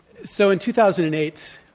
so, in two thousand and eight,